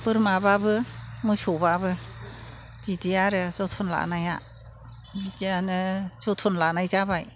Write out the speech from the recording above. बोरमाबाबो मोसौबाबो बिदि आरो जोथोन लानाया बिदियानो जोथोन लानाय जाबाय